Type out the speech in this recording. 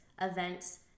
events –